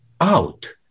out